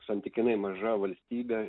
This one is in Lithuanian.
santykinai maža valstybė